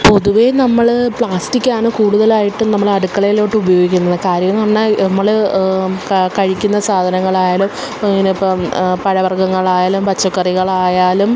പൊതുവേ നമ്മൾ പ്ലാസ്റ്റിക്കാണ് കൂടുതലായിട്ടും നമ്മൾ അടുക്കളയിലോട്ട് ഉപയോഗിക്കുന്നത് കാര്യമെന്ന് പറഞ്ഞാൽ നമ്മൾ കഴിക്കുന്ന സാധനങ്ങളായാലും അങ്ങനിപ്പം പഴവര്ഗങ്ങളായാലും പച്ചക്കറികളായാലും